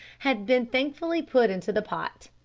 had been thankfully put into the pot.